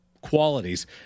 qualities